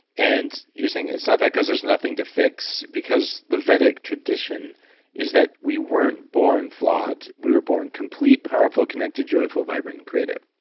and you're saying, it's not that because there's nothing to fix because the vedic tradition is that we weren't born flawed, we were born complete, powerful connected, joyful, vibrant, and creative.